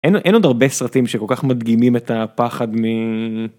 אין עוד הרבה סרטים שכל כך מדגימים את הפחד מ...